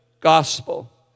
gospel